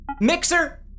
Mixer